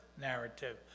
narrative